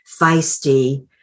feisty